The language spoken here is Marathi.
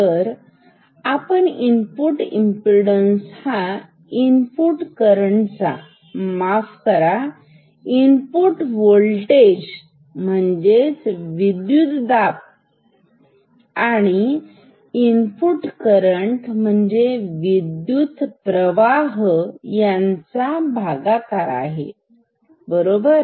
तर आपण इनपुट इमपीडन्स हा इनपुट करंटचा माफ करा इनपुट व्होल्टेज विद्युतदाब आणि इनपुट करंट विद्युतप्रवाह यांचा भागाकार आहे बरोबर